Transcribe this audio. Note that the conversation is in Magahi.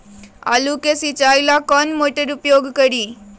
आलू के सिंचाई ला कौन मोटर उपयोग करी?